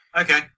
Okay